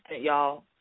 y'all